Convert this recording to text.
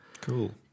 Cool